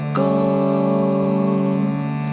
gold